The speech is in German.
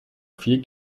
vier